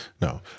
no